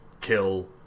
kill